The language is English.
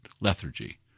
lethargy